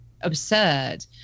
absurd